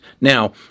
now